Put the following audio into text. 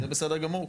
זה בסדר גמור,